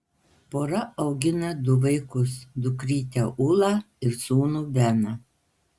pora augina du vaikus dukrytę ulą ir sūnų beną